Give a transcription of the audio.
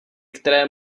které